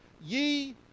Ye